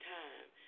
time